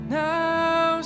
now